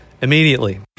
immediately